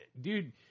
dude